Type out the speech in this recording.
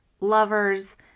lovers